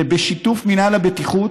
בשיתוף מינהל הבטיחות,